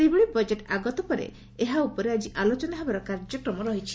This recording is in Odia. ସେହିଭଳି ବଜେଟ୍ ଆଗତ ପରେ ଏହା ଉପରେ ଆଜି ଆଲୋଚନା ହେବାର କାର୍ଯ୍ୟକ୍ରମ ରହସଛି